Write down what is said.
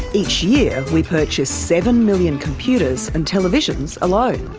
each year we purchase seven million computers and televisions alone.